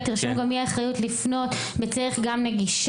להלן תרגומם: תרשמו גם למי האחריות לפנות בדרך נגישה,